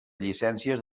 llicències